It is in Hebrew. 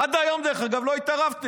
עד היום, דרך אגב, לא התערבתם,